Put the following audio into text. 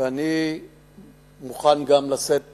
ואני מוכן גם לשאת